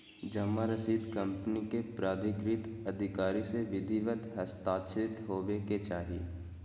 जमा रसीद कंपनी के प्राधिकृत अधिकारी से विधिवत हस्ताक्षरित होबय के चाही